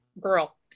Girl